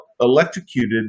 electrocuted